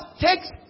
takes